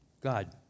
God